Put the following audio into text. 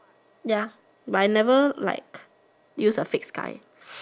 ya but I never like use a fake sky